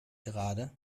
gerade